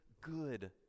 good